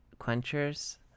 quenchers